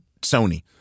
Sony